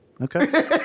Okay